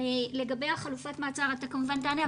לגבי חלופת המעצר אתה כמובן תענה,